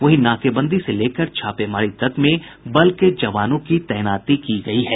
वहीं नाकेबंदी से लेकर छापेमारी तक में बल के जवानों की तैनाती की गयी है